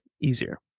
easier